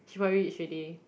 she probably reach already